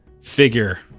figure